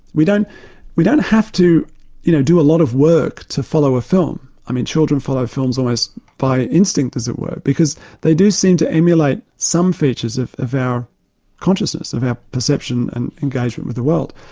we don't we don't have to you know do a lot of work to follow a film. i mean children follow films almost by instinct, as it were, because they do seem to emulate some features of of our consciousness, of our perception and engagement with the world.